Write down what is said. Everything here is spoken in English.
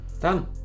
Done